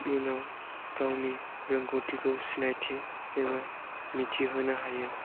इयुनाव गावनि रोंगौथिखौ सिनायथि एबा मिथिहोनो हायो